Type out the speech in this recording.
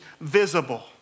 visible